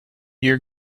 year